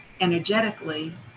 energetically